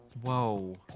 Whoa